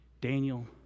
Daniel